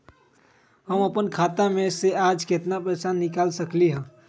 हम अपन खाता में से आज केतना पैसा निकाल सकलि ह?